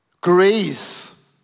grace